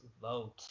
vote